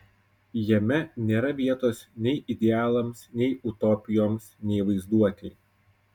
jame nėra vietos nei idealams nei utopijoms nei vaizduotei